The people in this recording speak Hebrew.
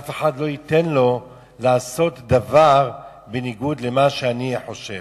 אף אחד לא ייתן לו לעשות דבר בניגוד למה שאני חושב,